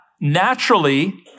Naturally